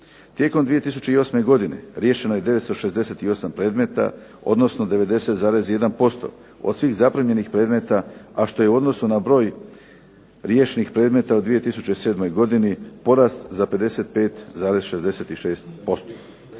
Tijekom 2008. godine riješeno je 968 predmeta, odnosno 90,1% od svih zaprimljenih predmeta, a što je u odnosu na broj riješenih predmeta u 2007. godini porast za 55,66%.